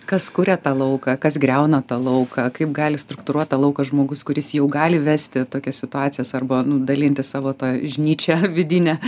kas kuria tą lauką kas griauna tą lauką kaip gali struktūruot tą lauką žmogus kuris jau gali vesti tokias situacijas arba nu dalintis savo tą žinyčia vidine